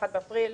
1 באפריל,